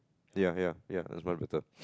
ya ya ya that's much better